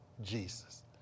Jesus